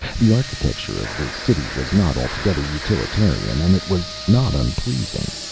the architecture of the city was not altogether utilitarian and it was not unpleasing.